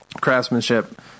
craftsmanship